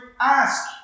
ask